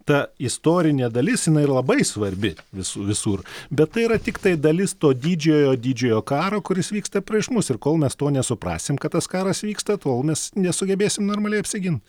ta istorinė dalis jinai labai svarbi visu visur bet tai yra tiktai dalis to didžiojo didžiojo karo kuris vyksta prieš mus ir kol mes to nesuprasim kad tas karas vyksta tol mes nesugebėsim normaliai apsigint